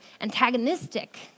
antagonistic